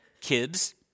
kids